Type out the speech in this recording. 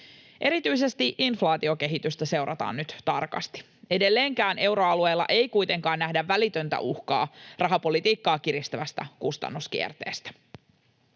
Erityisesti inflaatiokehitystä seurataan nyt tarkasti. Edelleenkään euroalueella ei kuitenkaan nähdä välitöntä uhkaa rahapolitiikkaa kiristävästä kustannuskierteestä.